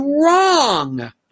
wrong